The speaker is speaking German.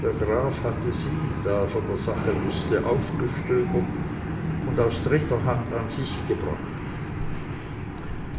der graf hatte sie da er von der sache wußte aufgestöbert und aus dritter hand an sich gebracht